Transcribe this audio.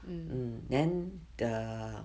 mm